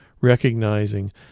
recognizing